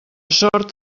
sort